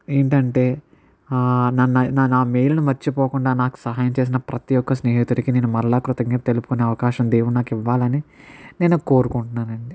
ఏంటంటే నా నా మేలుని మర్చిపోకుండా నాకు సహాయం చేసిన ప్రతి ఒక్క స్నేహితుడికి నేను మళ్ళీ కృతజ్ఞతలు తెలుపుకునే అవకాశం దేవుడు నాకు ఇవ్వాలని నేను కోరుకుంటున్నాను అండి